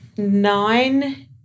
Nine